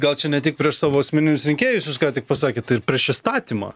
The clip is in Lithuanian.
gal čia ne tik prieš savo asmeninius rinkėjus jūs ką tik pasakėt tai ir prieš įstatymą